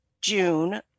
June